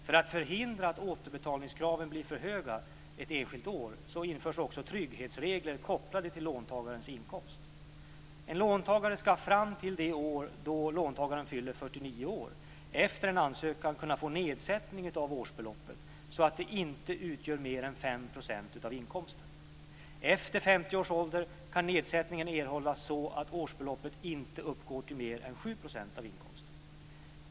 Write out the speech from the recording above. För att förhindra att återbetalningskraven blir för höga ett enskilt år införs också trygghetsregler kopplade till låntagarens inkomst. En låntagare ska fram t.o.m. det år då låntagaren fyller 49 år efter ansökan kunna få nedsättning av årsbeloppet, så att det inte utgör mer än 5 % av inkomsten. Efter 50 års ålder kan nedsättningen erhållas så att årsbeloppet inte uppgår till mer än 7 % av inkomsten.